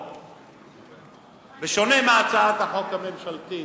בשונה מהצעת החוק הממשלתית,